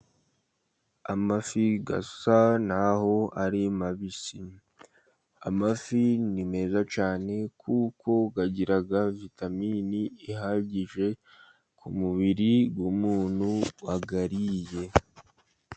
Amafi asa naho ari mabisi, amafi ni meza cyane kuko agira vitamini ihagije ku mubiri w'umuntu wayariye.